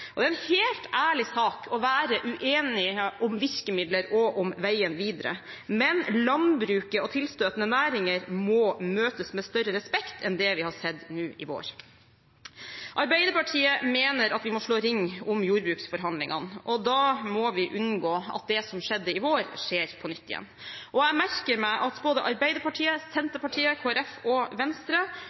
landbruket. Det er en helt ærlig sak å være uenig om virkemidler og om veien videre, men landbruket og tilstøtende næringer må møtes med større respekt enn det vi har sett nå i vår. Arbeiderpartiet mener at vi må slå ring om jordbruksforhandlingene. Da må vi unngå at det som skjedde i vår, skjer på nytt. Jeg merker meg at både Arbeiderpartiet, Senterpartiet, Kristelig Folkeparti og Venstre